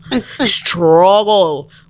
struggle